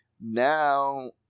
Now